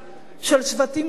של שבטים שונים,